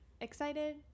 excited